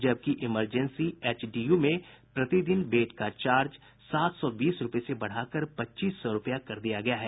जबकि emergency HDU में प्रति दिन बेड का चार्ज सात सौ बीस रूपये से बढ़ा कर पच्चीस सौ रूपया कर दिया गया है